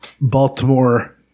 Baltimore